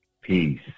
Peace